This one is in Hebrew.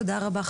תודה רבה.